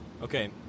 Okay